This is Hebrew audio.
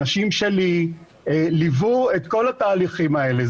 אנשים שלי ליוו את כל התהליכים האלה.